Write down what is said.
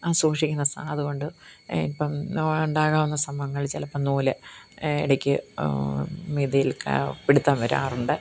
ആ സൂക്ഷിക്കുന്ന സ അതുകൊണ്ട് ഇപ്പം നോ ഉണ്ടാകാവുന്ന സംഭവങ്ങള് ചിലപ്പം നൂല് എ ഇടയ്ക്ക് മീതിയില് ക പിടിത്തം വരാറുണ്ട്